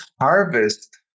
harvest